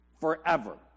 Forever